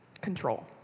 Control